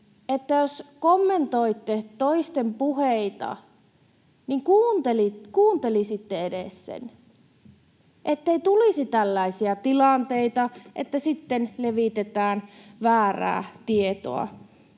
jos kommentoitte toisten puheita, niin kuuntelisitte edes sen, ettei tulisi tällaisia tilanteita, että sitten levitetään väärää tietoa.